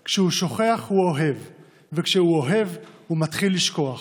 / כשהוא שוכח הוא אוהב / וכשהוא אוהב הוא מתחיל לשכוח.